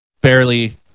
barely